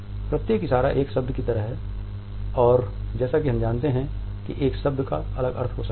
प्रत्येक इशारा एक शब्द की तरह है और जैसा कि हम जानते हैं कि एक शब्द का अलग अर्थ हो सकता है